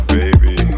baby